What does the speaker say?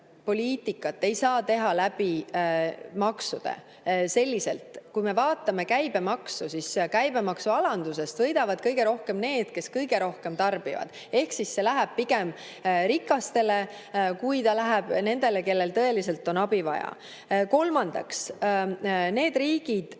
sotsiaalpoliitikat ei saa teha selliselt maksude kaudu. Kui me vaatame käibemaksu, siis käibemaksualandusest võidavad kõige rohkem need, kes kõige rohkem tarbivad. Ehk siis see läheb pigem rikastele, kui ta läheb nendele, kellel tõeliselt on abi vaja. Kolmandaks, need riigid,